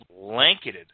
blanketed